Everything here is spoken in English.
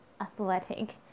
athletic